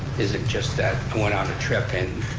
is it just that i went on a trip and,